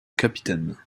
capitaine